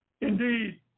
indeed